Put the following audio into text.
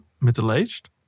middle-aged